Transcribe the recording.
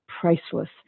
priceless